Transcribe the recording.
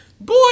Boy